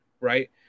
right